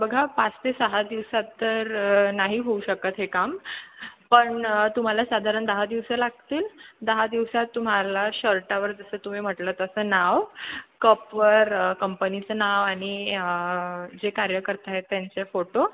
बघा पाच ते सहा दिवसात तर नाही होऊ शकत हे काम पण तुम्हाला साधारण दहा दिवस लागतील दहा दिवसात तुम्हाला शर्टावर जसं तुम्ही म्हटलं तसं नाव कपवर कंपनीचं नाव आणि जे कार्यकर्ता आहेत त्यांचे फोटो